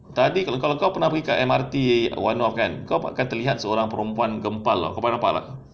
tadi kalau kau pernah pergi kat M_R_T one north kan kau akan terlihat seorang perempuan gempal [tau] kau pernah nampak tak